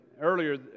earlier